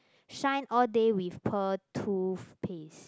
shine all day with pearl toothpaste